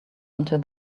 until